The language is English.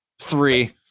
Three